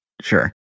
Sure